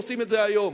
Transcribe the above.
עושים את זה היום.